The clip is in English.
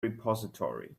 repository